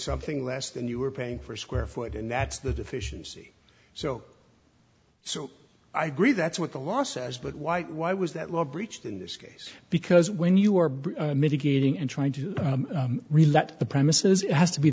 something less than you were paying for square foot and that's the deficiency so so i gree that's what the law says but why why was that law breached in this case because when you are be mitigating and trying to relax the premises it has to be